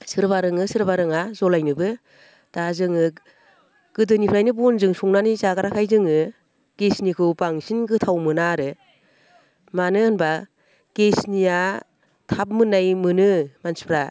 सोरबा रोङो सोरबा रोङा जलायनोबो दा जोङो गोदोनिफ्रायनो बनजों संनानै जाग्राखाय जोङो गेसनिखौ बांसिन गोथाव मोना आरो मानो होनबा गेसनिया थाब मोननाय मोनो मानसिफ्रा